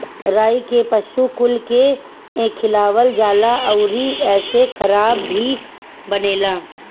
राई के पशु कुल के खियावल जाला अउरी एसे शराब भी बनेला